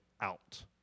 out